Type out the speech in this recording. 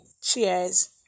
Cheers